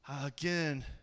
Again